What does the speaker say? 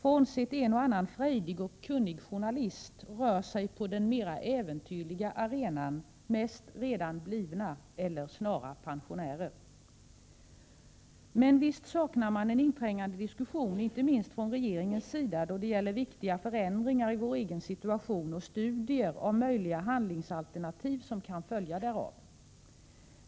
Frånsett en och annan frejdig och kunnig journalist rör sig på den mera äventyrliga arenan mest redan blivna eller snara pensionärer. Men visst saknar man en inträngande diskussion inte minst från regeringens sida då det gäller viktiga förändringar i vår egen situation och studier av möjliga handlingsalternativ som kan följa därav.